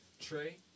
Trey